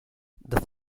the